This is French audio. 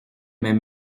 mêmes